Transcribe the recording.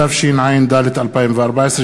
התשע"ד 2014,